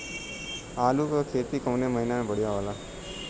आलू क खेती कवने महीना में बढ़ियां होला?